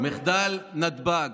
מחדל נתב"ג,